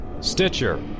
Stitcher